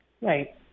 right